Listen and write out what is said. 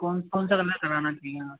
कौन कौन सा कलर करवाना चाहिए